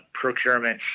procurement